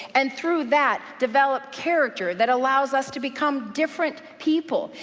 and through that develop character that allows us to become different people,